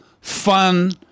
fun